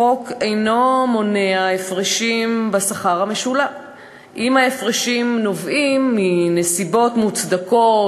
החוק אינו מונע הפרשים בשכר המשולם אם ההפרשים נובעים מנסיבות מוצדקות,